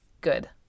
Good